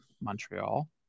Montreal